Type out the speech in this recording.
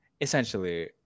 Essentially